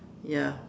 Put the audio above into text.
ya